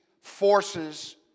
forces